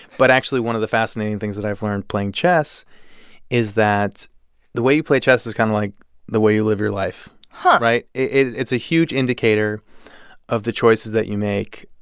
but actually, one of the fascinating things that i've learned playing chess is that the way you play chess is kind of like the way you live your life huh right? it's a huge indicator of the choices that you make,